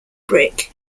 brick